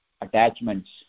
attachments